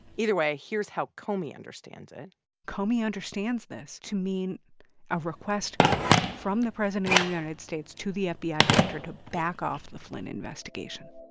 either way, here's how comey understands it comey understands this to mean a request from the president of the united states to the fbi ah director to back off the flynn investigation